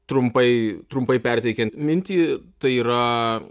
trumpai trumpai perteikiant mintį tai yra